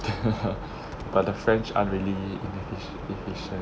but the french aren't really efficient~ efficient